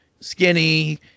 Skinny